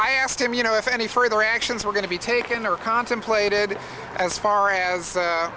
i asked him you know if any further actions were going to be taken or contemplated as far as